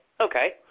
Okay